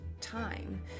time